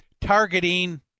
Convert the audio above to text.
targeting